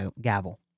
gavel